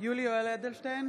יולי יואל אדלשטיין,